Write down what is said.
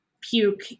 puke